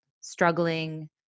struggling